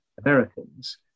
Americans